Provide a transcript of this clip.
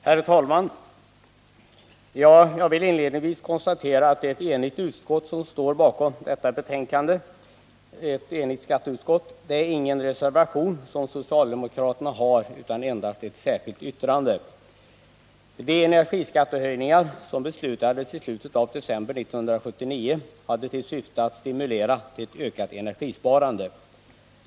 Herr talman! Jag vill inledningsvis konstatera att det är ett enigt skatteutskott som står bakom betänkandet. Socialdemokraterna har ingen reservation, utan endast ett särskilt yttrande. De energiskattehöjningar som beslutades i slutet av december 1979 hade till syfte att stimulera till ett ökat energisparande.